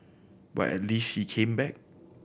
but at least he came back